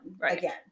again